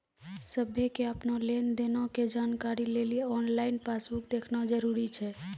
सभ्भे के अपनो लेन देनो के जानकारी लेली आनलाइन पासबुक देखना जरुरी छै